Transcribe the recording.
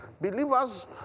believers